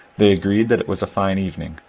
they agreed that it was a fine evening.